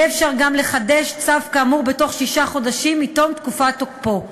יהיה אפשר גם לחדש צו כאמור בתוך שישה חודשים מתום תקופת תוקפו,